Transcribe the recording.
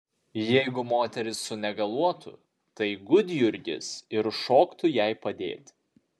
jeigu moteris sunegaluotų tai gudjurgis ir šoktų jai padėti